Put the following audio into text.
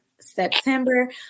September